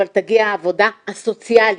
אבל תגיע העבודה הסוציאלית,